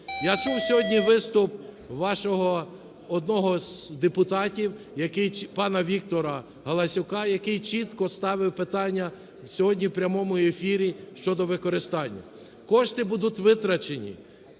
Я чув сьогодні виступ вашого одного з депутатів, який, пана ВіктораГаласюка, який чітко ставив питання сьогодні в прямому ефірі щодо використання. Кошти будуть витрачені,